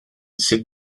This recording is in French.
s’est